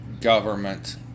government